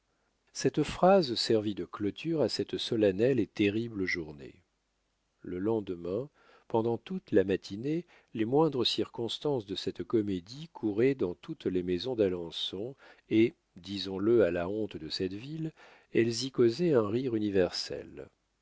cette phrase servit de clôture à cette solennelle et terrible journée le lendemain pendant toute la matinée les moindres circonstances de cette comédie couraient dans toutes les maisons d'alençon et disons-le à la honte de cette ville elles y causaient un rire universel